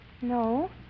No